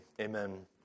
Amen